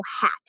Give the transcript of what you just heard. hat